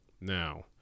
Now